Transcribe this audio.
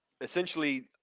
essentially